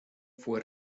fue